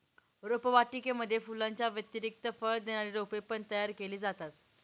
रोपवाटिकेमध्ये फुलांच्या व्यतिरिक्त फळ देणारी रोपे पण तयार केली जातात